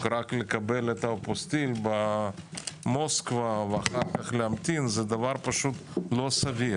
רק לקבל את האפוסטיל במוסקבה ואז להמתין זה לא סביר.